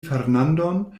fernandon